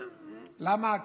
למה?